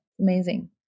Amazing